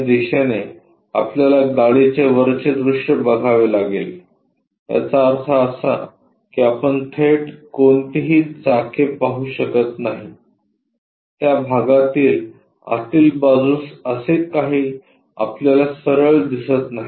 या दिशेने आपल्याला गाडीचे वरचे दृश्य बघावे लागेल याचा अर्थ असा की आपण थेट कोणतीही चाके पाहू शकत नाही त्या भागातील आतील बाजूस असे काही आपल्याला सरळ दिसत नाही